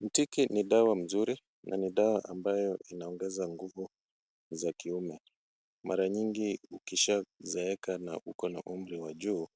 Mtiki ni dawa mzuri na ni dawa ambayo inaongeza nguvu za kiume. Mara nyingi ukishazeeka na uko na umri wa juu,